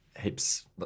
heaps